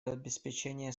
обеспечение